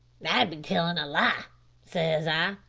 that would be tellin a lie says i.